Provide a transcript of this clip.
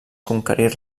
conquerir